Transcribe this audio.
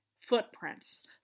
footprints